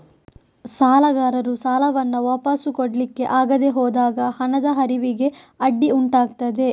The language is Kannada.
ಸಾಲಗಾರರು ಸಾಲವನ್ನ ವಾಪಸು ಕೊಡ್ಲಿಕ್ಕೆ ಆಗದೆ ಹೋದಾಗ ಹಣದ ಹರಿವಿಗೆ ಅಡ್ಡಿ ಉಂಟಾಗ್ತದೆ